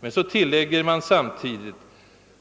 Men så tillägger man samtidigt